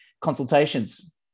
consultations